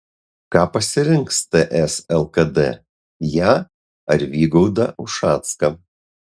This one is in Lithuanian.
ką pasirinks ts lkd ją ar vygaudą ušacką